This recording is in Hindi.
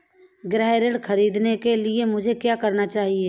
गृह ऋण ख़रीदने के लिए मुझे क्या करना होगा?